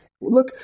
Look